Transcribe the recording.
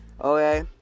okay